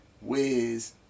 Wiz